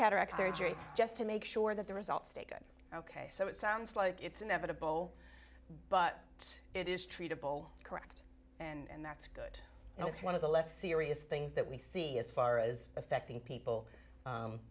cataract surgery just to make sure that the results taken ok so it sounds like it's inevitable but it is treatable correct and that's good and it's one of the less serious things that we see as far as affecting people